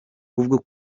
kubwo